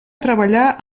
treballar